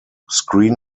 screen